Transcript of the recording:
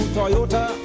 Toyota